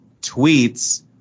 tweets